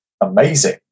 amazing